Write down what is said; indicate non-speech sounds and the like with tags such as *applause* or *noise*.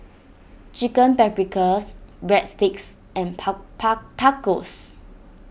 Chicken Paprikas Breadsticks and *unintelligible* Tacos